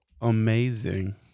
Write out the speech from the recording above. amazing